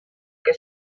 que